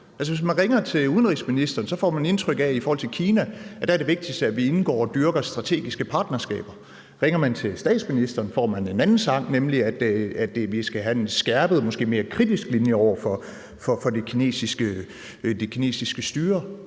Hvis man ringer til udenrigsministeren, får man i forhold til Kina indtryk af, at det vigtigste er, at vi indgår og dyrker strategiske partnerskaber. Ringer man til statsministeren, får man en anden sang, nemlig at vi skal have en skærpet og måske mere kritisk linje over for det kinesiske styre.